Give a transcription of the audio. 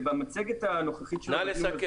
וחוק השירותים הפיננסיים החוץ-בנקאיים.